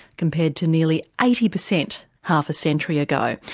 compared to nearly eighty percent half a century ago.